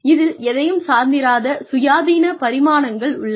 இதில் எதையும் சார்ந்திராத சுயாதீன பரிமாணங்கள் உள்ளன